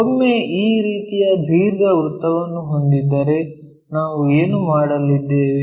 ಒಮ್ಮೆ ಈ ರೀತಿಯ ದೀರ್ಘವೃತ್ತವನ್ನು ಹೊಂದಿದ್ದರೆ ನಾವು ಏನು ಮಾಡಲಿದ್ದೇವೆ